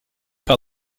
par